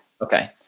Okay